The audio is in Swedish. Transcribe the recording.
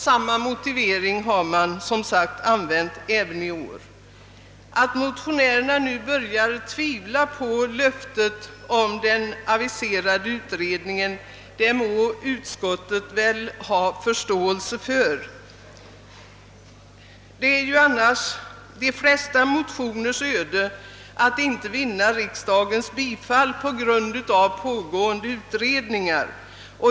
Samma motivering har använts även i år. Att motionärerna nu börjar tvivla på löftet om den aviserade utredningen må väl utskottet ha förståelse för. Det är annars de flesta motioners öde att inte vinna riksdagens bifall på grund av pågående utredningar.